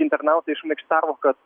internautai šmaikštavo kad